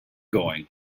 going